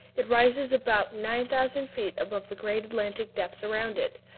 it rises about nine thousand feet above the great atlantic depths around it,